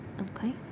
Okay